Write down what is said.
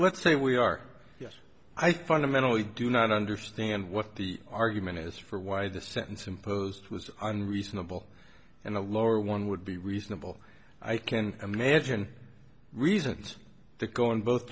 let's say we are yes i fundamentally do not understand what the argument is for why the sentence imposed was are unreasonable and a lower one would be reasonable i can imagine reasons to go in both